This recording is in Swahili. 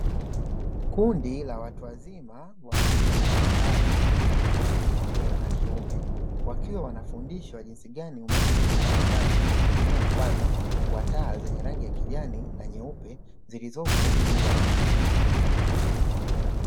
Kundi la watu wazima wa rika mbalimbali na jinsia ya kike na kiume wakiwa wanafundishwa jinsi gani, umeme unavofanya kazi kwa kutumia mfano wa taa zenye rangi ya kijani na nyeupe zilizopo juu ya meza.